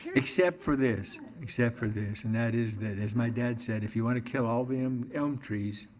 except for this, except for this and that is that as my dad said, if you wanna kill all the um elm trees,